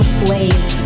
slaves